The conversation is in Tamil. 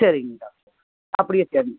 சரிங்க டாக்டர் அப்படியே செய்கிறேங்க